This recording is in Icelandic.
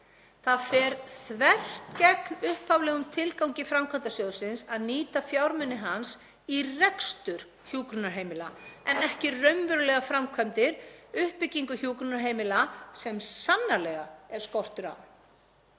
Það fer þvert gegn upphaflegum tilgangi framkvæmdasjóðsins að nýta fjármuni hans í rekstur hjúkrunarheimila en ekki raunverulegar framkvæmdir, uppbyggingu hjúkrunarheimila sem sannarlega er skortur á.